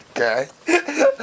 Okay